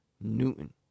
Newton